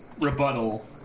rebuttal